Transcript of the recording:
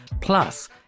Plus